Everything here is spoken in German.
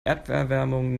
erderwärmung